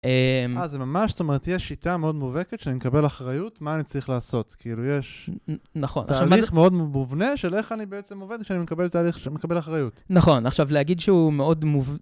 אה, זה ממש, זאת אומרת, יש שיטה מאוד מובהקת שאני מקבל אחריות, מה אני צריך לעשות, כאילו, יש תהליך מאוד מובנה של איך אני בעצם עובד כשאני מקבל תהליך שמקבל אחריות. נכון, עכשיו, להגיד שהוא מאוד מובן...